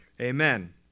Amen